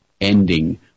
ending